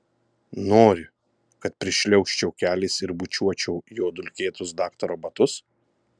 nori kad prišliaužčiau keliais ir bučiuočiau jo dulkėtus daktaro batus